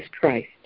Christ